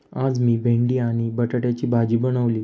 आज मी भेंडी आणि बटाट्याची भाजी बनवली